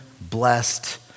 blessed